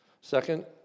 Second